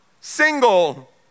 single